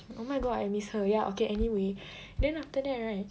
oh my god I miss her ya okay anyway then after that right